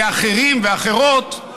ואחרים ואחרות,